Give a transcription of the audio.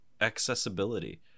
accessibility